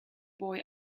boy